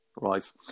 right